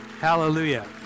hallelujah